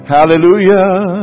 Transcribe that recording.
Hallelujah